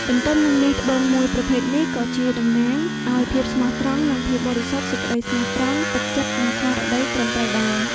ទន្ទឹមនឹងនេះត្បូងមួយប្រភេទនេះក៏ជាតំណាងឱ្យភាពស្មោះត្រង់ និងភាពបរិសុទ្ធសេចក្ដីស្មោះត្រង់ ទឹកចិត្ត និងស្មារតីត្រឹមត្រូវដែរ។